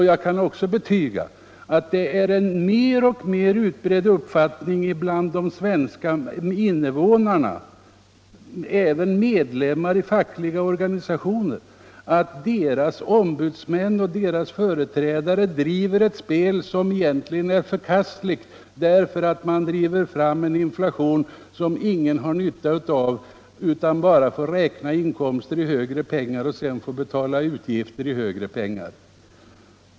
Jag kan också betyga att det blir en alltmer utbredd uppfattning bland de svenska invånarna — även bland medlemmar i fackliga organisationer — att deras ombudsmän och företrädare driver ett spel som egentligen är alldeles förkastligt, eftersom därigenom en inflation pressas fram som ingen har nytta av. Man får visserligen räkna inkomsterna i högre penningsummor, men sedan måste man också betala utgifterna med högre belopp.